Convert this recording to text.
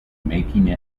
making